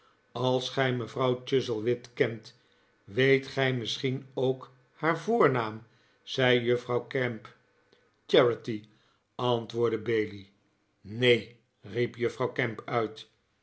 als gij mevrouw chuzzlewit kent weet gij misschien ook haar voornaam zei juffrouw gamp charity antwoordde bailey neen riep juffrouw gamp uit